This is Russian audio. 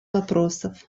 вопросов